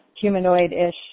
humanoid-ish